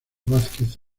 vázquez